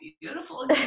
beautiful